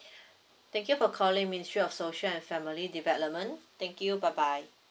thank you for calling ministry of social and family development thank you bye bye